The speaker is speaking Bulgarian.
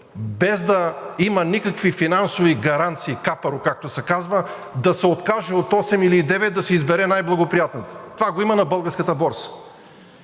без да има никакви финансови гаранции – капаро, както се казва, да се откаже от осем или девет и да си избере най-благоприятната? Това го има на българската борса!